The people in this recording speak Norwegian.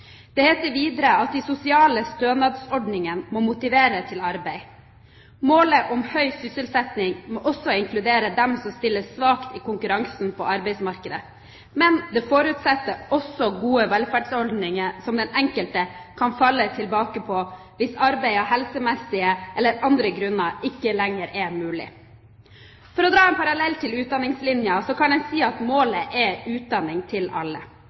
det heter videre: «Målet om høy sysselsetting, som også inkluderer dem som stiller svakt i konkurransen på arbeidsmarkedet, forutsetter gode velferdsordninger som den enkelte kan falle tilbake på hvis arbeid av helsemessige eller andre grunner ikke lenger er mulig.» For å trekke en parallell til Utdanningslinja kan en si at målet er utdanning til alle.